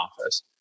office